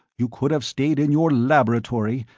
you could have stayed in your laboratory,